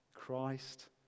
Christ